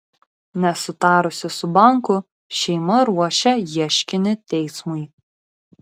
nesutarusi su banku šeima ruošia ieškinį teismui